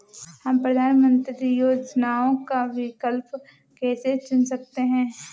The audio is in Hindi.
हम प्रधानमंत्री योजनाओं का विकल्प कैसे चुन सकते हैं?